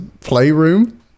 Playroom